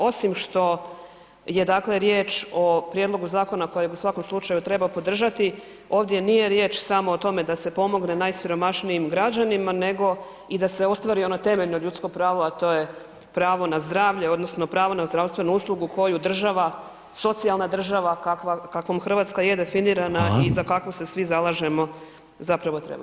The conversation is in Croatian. Osim što je, dakle, riječ o prijedlogu zakona koji u svakom slučaju treba podržati, ovdje nije riječ samo o tome da se pomogne najsiromašnijim građanima nego i da se ostvari ono temeljno ljudsko pravo, a to je pravo na zdravlje, odnosno pravo na zdravstvenu uslugu koju država, socijalna država kakvom Hrvatska je definirana [[Upadica: Hvala.]] i za kakvu se svi zalažemo zapravo treba biti.